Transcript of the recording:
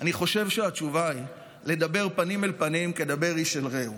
אני חושב שהתשובה היא לדבר פנים אל פנים כדבר איש אל רעהו.